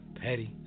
petty